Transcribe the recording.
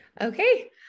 Okay